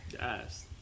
Yes